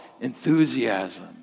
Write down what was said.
Enthusiasm